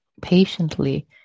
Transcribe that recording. patiently